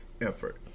effort